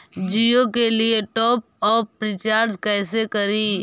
जियो के लिए top up recharge कैसे करी?